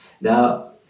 Now